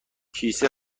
کیسه